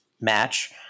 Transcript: match